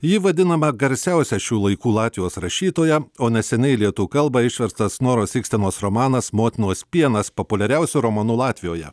ji vadinama garsiausia šių laikų latvijos rašytoja o neseniai į lietuvių kalbą išverstas noros ikstenos romanas motinos pienas populiariausiu romanu latvijoje